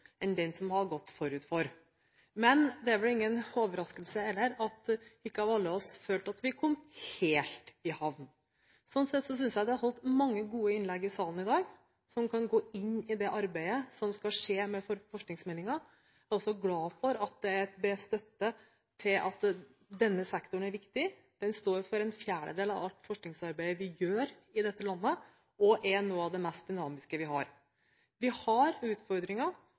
enn den som hadde gått forut. Men det er vel heller ingen overraskelse at ikke alle blant oss følte at vi kom helt i havn. Sånn sett synes jeg det er holdt mange gode innlegg i salen i dag som kan gå inn i det arbeidet som skal skje med forskningsmeldingen. Jeg er også glad for at det er bred støtte for at denne sektoren er viktig. Den står for en fjerdedel av alt forskningsarbeidet vi gjør i dette landet, og er noe av det mest dynamiske vi har. Vi har utfordringer